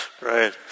Right